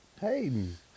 Hayden